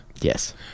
Yes